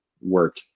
work